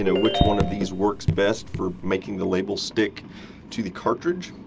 you know which one of these works best for making the labels stick to the cartridge.